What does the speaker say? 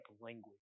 language